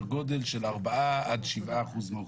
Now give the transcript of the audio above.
גודל של ארבעה עד שבעה אחוז של האוכלוסייה.